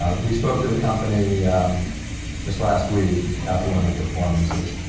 ah we spoke to the company just last week, after one of the performances,